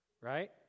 right